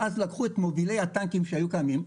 ואז לקחו את מובילי הטנקים שקיימים,